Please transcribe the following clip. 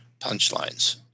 punchlines